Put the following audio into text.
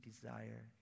desire